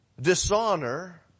dishonor